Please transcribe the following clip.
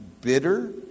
bitter